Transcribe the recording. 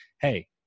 Hey